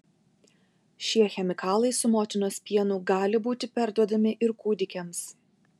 šie chemikalai su motinos pienu gali būti perduodami ir kūdikiams